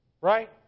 right